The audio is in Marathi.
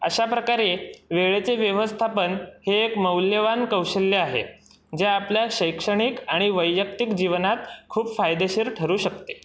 अशाप्रकारे वेळेचे व्यवस्थापन हे एक मौल्यवान कौशल्य आहे जे आपल्या शैक्षणिक आणि वैयक्तिक जीवनात खूप फायदेशीर ठरू शकते